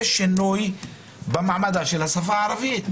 יש שינוי במעמדה של השפה הערבית,